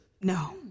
No